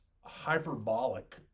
hyperbolic